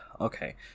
okay